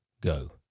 go